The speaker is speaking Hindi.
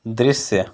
दृश्य